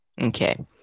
Okay